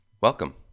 Welcome